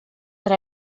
that